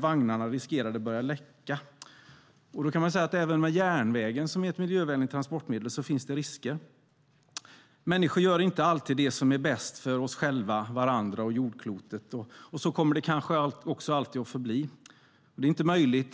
Vagnarna riskerade att börja läcka. Även med järnvägen - som är ett miljövänligt transportmedel - finns risker. Människor gör inte alltid det som är bäst för oss själva, varandra och jordklotet. Så kommer det kanske alltid att förbli. Det är inte